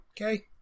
Okay